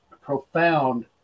profound